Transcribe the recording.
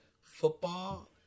football